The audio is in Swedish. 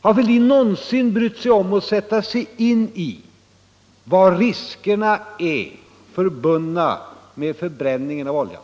Har herr Fälldin någonsin brytt sig om att sätta sig in i de risker som är förbundna med förbränningen av oljan?